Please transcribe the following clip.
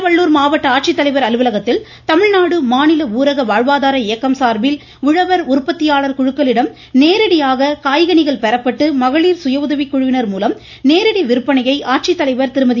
திருவள்ளுர் மாவட்ட ஆட்சித்தலைவர் அலுவலகத்தில் தமிழ்நாடு மாநில ஊரக வாழ்வாதார இயக்கம் சார்பில் உழவர் உற்பத்தியாளர் குழுக்களிடம் நேரடியாக காய்கனிகள் பெறப்பட்டு மகளிர் சுய உதவிக்குழுவினர் மூலம் நேரடி விற்பனையை ஆட்சித்தலைவர் திருமதி